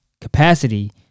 capacity